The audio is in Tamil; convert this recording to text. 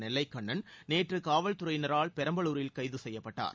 நெல்லை கண்ணன் நேற்று காவல்துறையினரால் பெரம்பலூரில் கைது செய்யப்பட்டார்